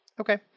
Okay